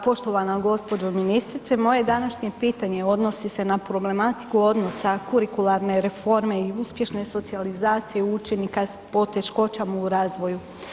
Poštovana g-đo. ministrice moje današnje pitanje odnosni se na problematiku odnosa kurikularne reforme i uspješne socijalizacije učenika s poteškoćama u razvoju.